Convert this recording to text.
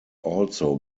also